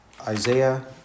Isaiah